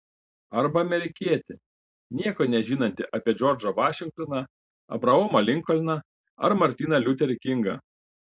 arba amerikietį nieko nežinantį apie džordžą vašingtoną abraomą linkolną ar martyną liuterį kingą